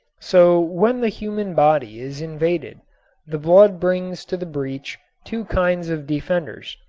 so when the human body is invaded the blood brings to the breach two kinds of defenders.